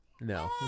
No